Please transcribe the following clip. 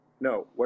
No